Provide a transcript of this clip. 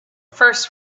first